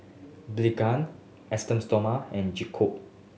Blephagel Esteem Stoma and Gingko